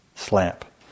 slap